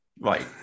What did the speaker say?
Right